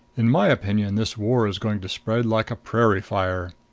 in my opinion this war is going to spread like a prairie fire.